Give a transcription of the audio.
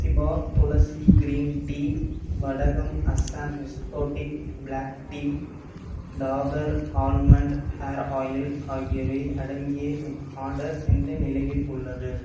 டிபா Tulsi green tea வடகம் Assam exotic black tea Dabur almond hair oil ஆகியவை அடங்கிய என் ஆர்டர் எந்த நிலையில் உள்ளது